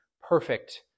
perfect